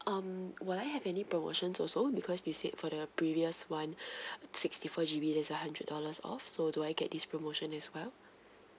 um will I have any promotions also because you said for the previous [one] sixty four G_B there's a hundred dollars off so do I get this promotion as well